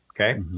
Okay